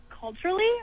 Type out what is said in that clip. Culturally